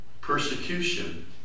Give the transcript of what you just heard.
persecution